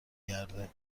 گرده